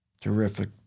Terrific